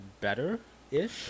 better-ish